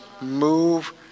move